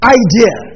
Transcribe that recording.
idea